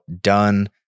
done